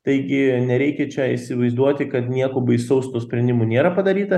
taigi nereikia čia įsivaizduoti kad nieko baisaus tuo sprendimu nėra padaryta